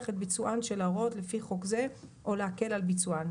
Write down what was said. את ביצוען של ההוראות לפי חוק זה או להקל על ביצוען.